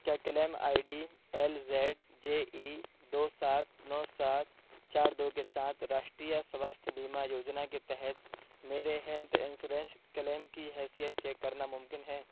کیا claim I D L Z J E دو سات نو سات چار دو کے ساتھ راشٹریہ سواستھ بیمہ یوجنا کے تحت میرے ہیلتھ انسورنش کلیم کی حیثیت چیک کرنا ممکن ہے